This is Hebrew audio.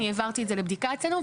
אני העברתי את זה לבדיקה אצלנו,